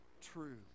true